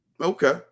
Okay